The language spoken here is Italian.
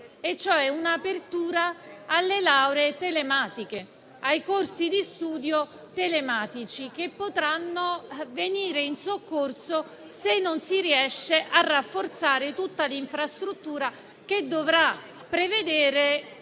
e, cioè un'apertura alle lauree telematiche, cioè ai corsi di studio telematici che potranno venire in soccorso se non si riesce a rafforzare tutta l'infrastruttura che dovrà prevedere